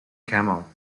campbell